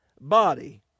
body